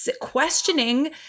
questioning